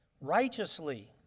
righteously